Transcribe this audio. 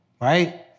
Right